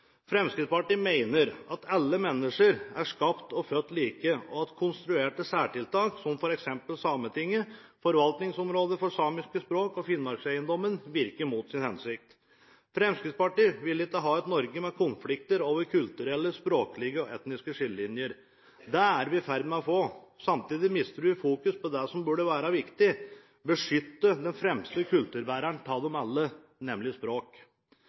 Fremskrittspartiet mener at alle mennesker er skapt og født like, og at konstruerte særtiltak, som f.eks. Sametinget, forvaltningsområdet for samiske språk og Finnmarkseiendommen, virker mot sin hensikt. Fremskrittspartiet vil ikke ha et Norge med konflikter som skaper kulturelle, språklige og etniske skillelinjer. Det er vi i ferd med å få. Samtidig mister en fokus på det som burde være viktig – å beskytte den fremste kulturbæreren av dem alle, nemlig